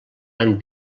han